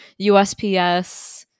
usps